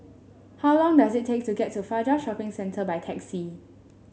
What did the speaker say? how long does it take to get to Fajar Shopping Centre by taxi